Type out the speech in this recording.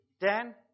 Dan